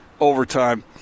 Overtime